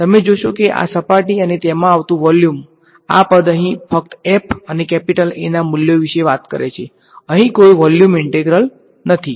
તમે જોશો કે આ સપાટી અને તેમા આવતુ વોલ્યુમઆ પદ અહીં ફક્ત f અને A ના મૂલ્યો વિશે વાત કરે છે અહીં કોઈ વોલ્યુમ ઈન્ટેગ્રલ નથી